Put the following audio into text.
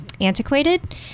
Antiquated